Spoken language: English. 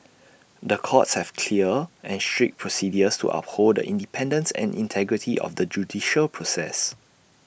the courts have clear and strict procedures to uphold The Independence and integrity of the judicial process